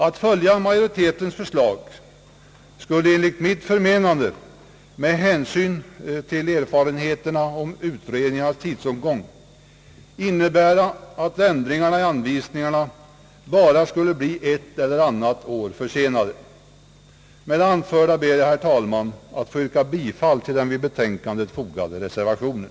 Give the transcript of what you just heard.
Att följa majoritetens förslag skulle enligt mitt förmenande, med hänsyn till de erfarenheter vi har om utredningar och tidsåtgång, innebära att ändringarna i anvisningarna skulle bli ett eller annat år försenade. Med det anförda ber jag, herr talman, att få yrka bifall till den av mig m.fl. vid betänkandet fogade reservationen.